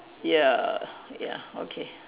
ya ya okay